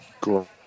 Cool